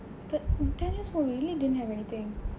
but ten years old we really didn't have anything